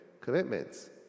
commitments